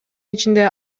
ичинде